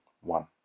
one